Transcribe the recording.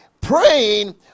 praying